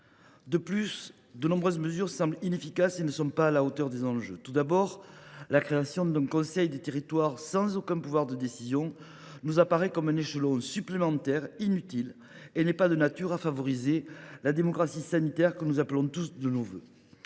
De plus, de nombreuses mesures semblent inefficaces et ne sont pas à la hauteur des enjeux. Tout d’abord, la création de conseils territoriaux de santé sans aucun pouvoir de décision nous apparaît comme un échelon supplémentaire inutile. Elle n’est pas de nature à favoriser la démocratie sanitaire que nous appelons tous de nos vœux.